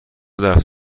درس